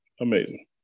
amazing